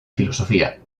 filosofía